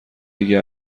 دیگه